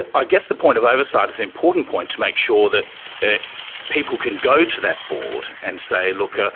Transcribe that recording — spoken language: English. i guess the point of oversight is an important point, to make sure that people can go to that board and say look, ah